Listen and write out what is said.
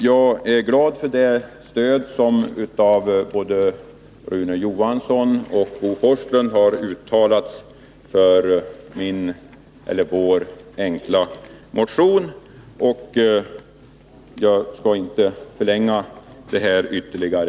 Jag är glad för det stöd som både Rune Johansson och Bo Forslund har uttalat för vår motion. Jag skall emellertid inte förlänga debatten ytterligare.